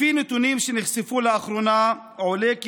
לפי נתונים שנחשפו לאחרונה עולה כי